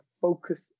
focus